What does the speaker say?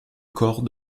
corps